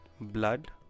blood